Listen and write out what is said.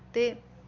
ते